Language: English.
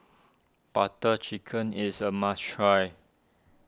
Butter Chicken is a must try